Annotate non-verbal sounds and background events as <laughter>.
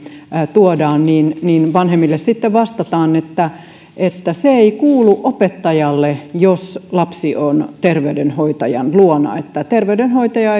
tuodaan niin niin vanhemmille sitten vastataan että että se ei kuulu opettajalle jos lapsi on terveydenhoitajan luona ja että terveydenhoitaja <unintelligible>